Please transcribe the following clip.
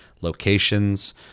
locations